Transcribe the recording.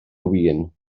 win